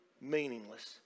Meaningless